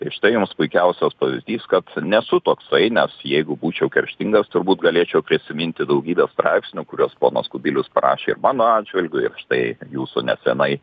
ir štai jums puikiausias pavyzdys kad nesu toksai nes jeigu būčiau kerštingas turbūt galėčiau prisiminti daugybę straipsnių kuriuos ponas kubilius parašė ir mano atžvilgiu ir štai jūsų neseniai